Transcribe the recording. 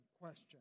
question